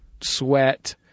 sweat